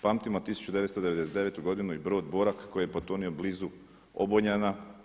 Pamtimo 1999. godinu i brod Borak koji je potonuo blizu Obunjana.